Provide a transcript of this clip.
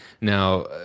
Now